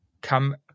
come